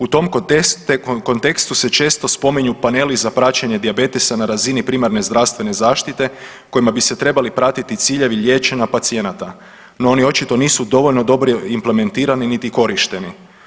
U tom kontekstu se često spominju paneli za praćenje dijabetesa na razini primarne zdravstvene zaštite kojima bi se trebali pratiti ciljevi liječenja pacijenata, no oni očito nisu dovoljno dobro implementirani niti korišteni.